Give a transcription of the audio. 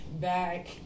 back